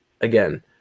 again